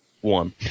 one